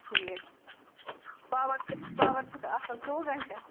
ٹھیٖک power power چھُکھٕ آسن ژۄوُہ گنٛٹہٕ